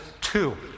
two